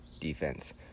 defense